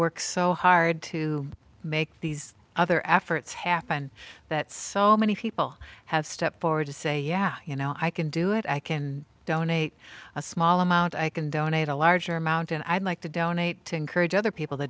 worked so hard to make these other efforts happen that so many people have stepped forward to say yeah you know i can do it i can donate a small amount i can donate a larger amount and i'd like to donate to encourage other people to